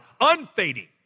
unfading